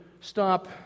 stop